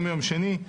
היום יום שני,